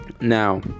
Now